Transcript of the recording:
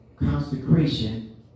Consecration